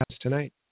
tonight